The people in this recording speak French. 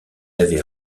avait